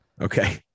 Okay